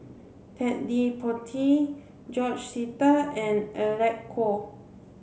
Ted De Ponti George Sita and Alec Kuok